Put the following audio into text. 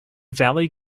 valley